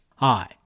Hi